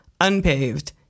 Unpaved